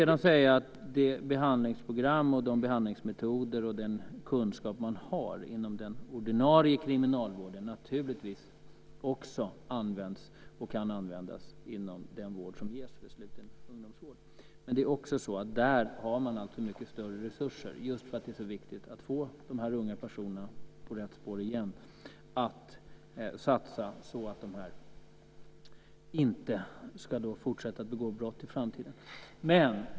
Det behandlingsprogram, de behandlingsmetoder och den kunskap som man har inom ordinarie kriminalvård används naturligtvis också, och kan användas i den vård som ges inom sluten ungdomsvård. Det är också så att man där har mycket större resurser just därför att det är så viktigt att få de här unga personerna på rätt spår igen och att satsa så att dessa i framtiden inte fortsätter att begå brott.